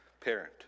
parent